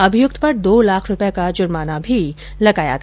अभियुक्त पर दो लाख रूपये का जुर्माना भी लगाया गया